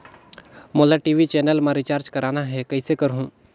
मोला TV channel मा recharge करना हे, कइसे करहुँ?